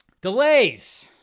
Delays